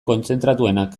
kontzentratuenak